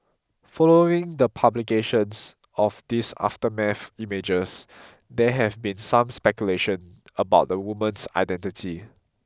following the publication of these aftermath images there have been some speculation about the woman's identity